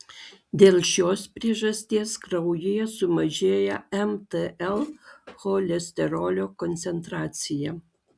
dėl šios priežasties kraujyje sumažėja mtl cholesterolio koncentracija